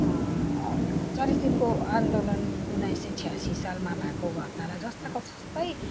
चालिस दिनको आन्दोलन उन्नाइस सय छ्यासी सालमा भएको घटनालाई जस्ताको त्यस्तै